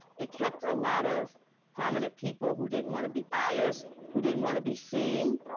it kept a lot of prominent people who didn't want to be buyers who didn't want to be seen,